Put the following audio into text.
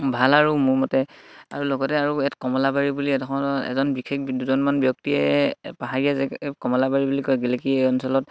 ভাল আৰু মোৰ মতে আৰু লগতে আৰু ইয়াত কমলাবাৰী বুলি এডখৰ এজন বিশেষ দুজনমান ব্যক্তিয়ে পাহাৰীয়া জেগা কমলাবাৰী বুলি কয় গেলেকী এই অঞ্চলত